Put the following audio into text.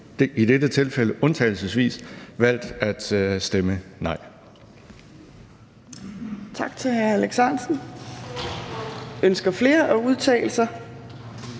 i dette tilfælde undtagelsesvis valgt at stemme nej.